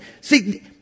see